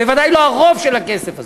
בוודאי לא הרוב של הכסף הזה.